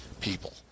people